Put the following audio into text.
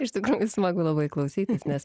iš tikrųjų smagu labai klausytis nes